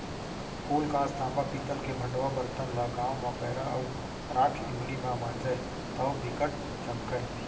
फूलकास, तांबा, पीतल के भंड़वा बरतन ल गांव म पैरा अउ राख इमली म मांजय तौ बिकट चमकय